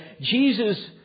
Jesus